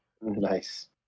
Nice